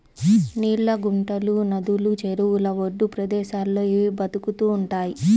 నీళ్ళ గుంటలు, నదులు, చెరువుల ఒడ్డు ప్రదేశాల్లో ఇవి బతుకుతూ ఉంటయ్